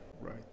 right